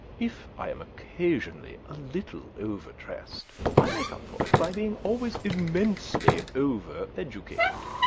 if i am occasionally a little over-dressed, i make up for it by being always immensely over-educated.